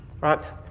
right